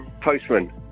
Postman